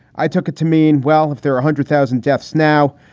i took it to mean, well, if there are a hundred thousand deaths now,